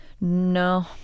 No